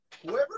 Whoever